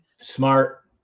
Smart